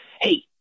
Hey